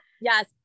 Yes